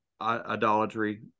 idolatry